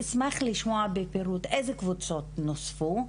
אשמח לשמוע בפירוט איזה קבוצות נוספות.